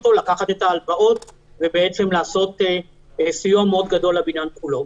לקחת את ההלוואות ולעשות סיוע מאוד גדול לבניין כולו.